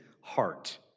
heart